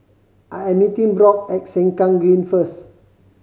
I am meeting Brock at Sengkang Green first